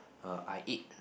uh I eat